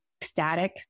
static